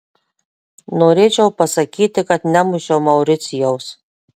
norėčiau pasakyti kad nemušiau mauricijaus